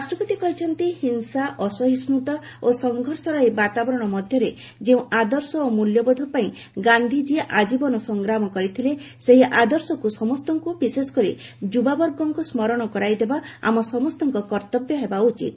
ରାଷ୍ଟ୍ରପତି କହିଛନ୍ତି ହିଂସା ଅସହିଷ୍ଟ୍ରତା ଓ ସଂଘର୍ଷର ଏହି ବାତାବରଣ ମଧ୍ୟରେ ଯେଉଁ ଆଦର୍ଶ ଓ ମୂଲ୍ୟବୋଧ ପାଇଁ ଗାନ୍ଧିଜୀ ଆଜୀବନ ସଂଗ୍ରାମ କରିଥିଲେ ସେହି ଆଦର୍ଶକୁ ସମସ୍ତଙ୍କୁ ବିଶେଷକରି ଯୁବାବର୍ଗଙ୍କୁ ସ୍କରଣ କରାଇ ଦେବା ଆମ ସମସ୍ତଙ୍କ କର୍ତ୍ତବ୍ୟ ହେବା ଉଚିତ